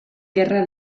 gerra